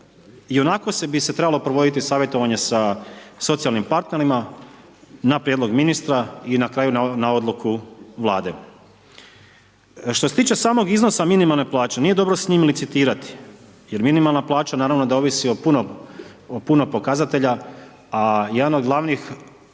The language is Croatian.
i onako bi se trebalo provoditi savjetovanje sa socijalnim partnerima na prijedlog ministra i na kraju na odluku Vlade. Što se tiče samog iznosa minimalne plaće, nije dobro s njim licitirati jer minimalna plaća naravno da ovisi o puno pokazatelja a jedan od glavnih